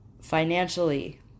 Financially